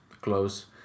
close